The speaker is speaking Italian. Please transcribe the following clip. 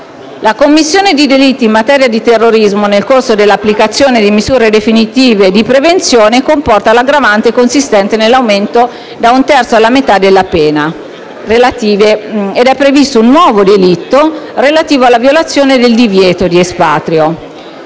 La commissione di delitti in materia di terrorismo nel corso dell'applicazione di misure definitive di prevenzione comporta l'aggravante consistente nell'aumento da un terzo alla metà della pena, ed è previsto un nuovo delitto relativo alla violazione del divieto di espatrio.